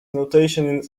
notation